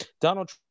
donald